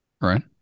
right